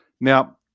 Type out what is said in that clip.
Now